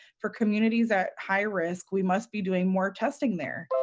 for communities at high risk, we must be doing more testing there.